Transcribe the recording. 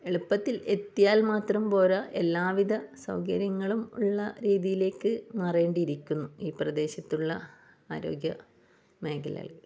എളുപ്പത്തിൽ എത്തിയാൽ മാത്രം പോരാ എല്ലാവിധ സൗകര്യങ്ങളും ഉള്ള രീതിയിലേക്ക് മാറേണ്ടിയിരിക്കുന്നു ഈ പ്രദേശത്തുള്ള ആരോഗ്യ മേഖലകൾ